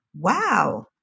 Wow